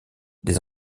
des